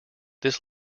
this